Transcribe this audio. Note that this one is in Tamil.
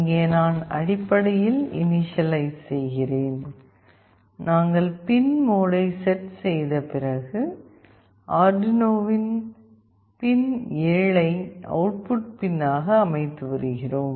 இங்கே நான் அடிப்படையில் இணிஷியலைஸ் செய்கிறேன் நாங்கள் பின் மோடை செட் செய்தபிறகு அர்டுயினோவின் பின் 7 ஐ அவுட்புட் பின்னாக அமைத்து வருகிறோம்